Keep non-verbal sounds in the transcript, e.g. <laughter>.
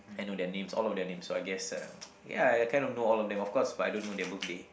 I know their names all of their names so I guess uh <noise> ya I kind of know all of them but of course I don't know their birthday